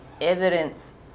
evidence